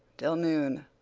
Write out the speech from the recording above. till noon!